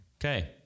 okay